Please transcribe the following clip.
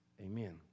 Amen